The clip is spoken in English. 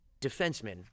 defenseman